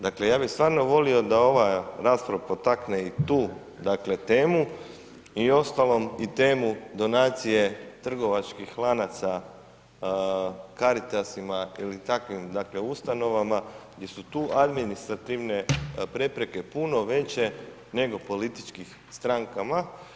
Dakle ja bih stvarno volio da ova rasprava potakne i tu dakle temu i uostalom i temu donacije trgovačkih lanaca, Caritasima ili takvim dakle ustanovama gdje su tu administrativne prepreke puno veće nego političkim strankama.